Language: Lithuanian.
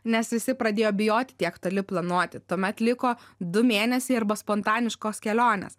nes visi pradėjo bijoti tiek toli planuoti tuomet liko du mėnesiai arba spontaniškos kelionės